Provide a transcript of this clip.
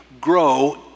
grow